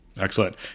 Excellent